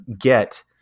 get